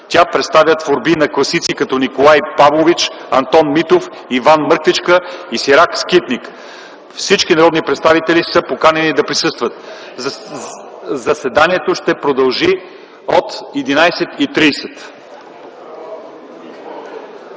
Тя представя творби на класици като Николай Павлович, Антон Митов, Иван Мърквичка и Сирак Скитник. Всички народни представители са поканени да присъстват. Заседанието ще продължи от 11,30